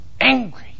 angry